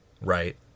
right